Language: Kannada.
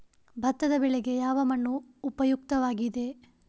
ಭತ್ತದ ಬೆಳೆಗೆ ಯಾವ ಮಣ್ಣು ಉಪಯುಕ್ತವಾಗಿದೆ?